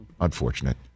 Unfortunate